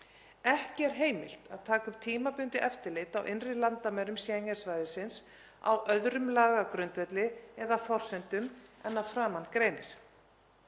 Ekki er heimilt að taka upp tímabundið eftirlit á innri landamærum Schengen-svæðisins á öðrum lagagrundvelli eða forsendum en að framan greinir.